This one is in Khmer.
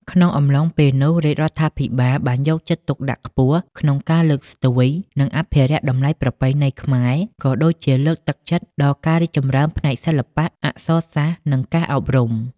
ក្នុងអំឡុងពេលនោះ រាជរដ្ឋាភិបាលបានយកចិត្តទុកដាក់ខ្ពស់ក្នុងការលើកស្ទួយ និងអភិរក្សតម្លៃប្រពៃណីខ្មែរ ក៏ដូចជាលើកទឹកចិត្តដល់ការរីកចម្រើនផ្នែកសិល្បៈ អក្សរសាស្ត្រ និងការអប់រំ។